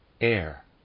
air